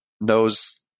knows